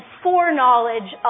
foreknowledge